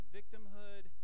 victimhood